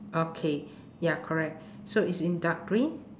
okay ya correct so it's in dark green